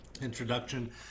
introduction